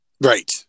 Right